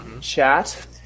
chat